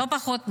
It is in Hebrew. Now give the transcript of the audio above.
לא פחות מזה.